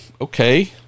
okay